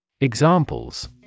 Examples